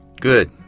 Good